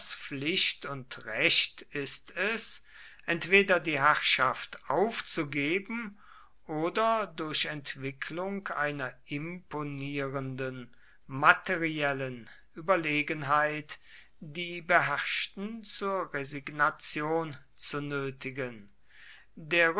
pflicht und recht ist es entweder die herrschaft aufzugeben oder durch entwicklung einer imponierenden materiellen überlegenheit die beherrschten zur resignation zu nötigen